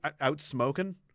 Out-smoking